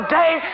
day